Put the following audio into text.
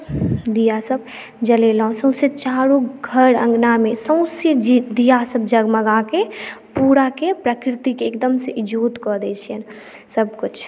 दियासभ जड़ेलहुँ सौँसे चारू घर अङ्गनामे सौँसे दियासभ जगमगाके पूराके प्रकृतिके एकदमसँ इजोत कऽ दैत छियनि सभकिछु